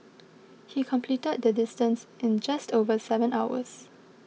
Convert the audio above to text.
he completed the distance in just over seven hours